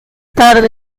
tarde